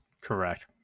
Correct